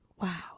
wow